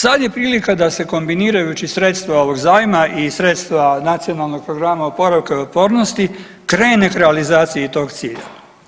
Sad je prilika da se kombinirajući sredstva ovog zajma i sredstva nacionalnog programa oporavka i otpornosti krene ka realizaciji tog cilja.